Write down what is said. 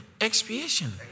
Expiation